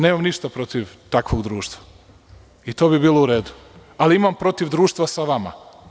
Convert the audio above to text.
Nemam ništa protiv takvog društva i to bi bilo u redu, ali imam protiv društva sa vama.